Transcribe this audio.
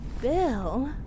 Bill